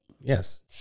Yes